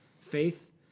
Faith